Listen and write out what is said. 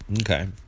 Okay